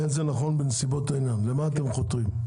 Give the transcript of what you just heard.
'אין זה נכון בנסיבות העניין', למה אתם חותרים?